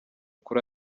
kuri